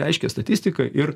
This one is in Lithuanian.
aiškią statistiką ir